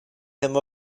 him